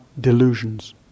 delusions